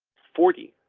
forty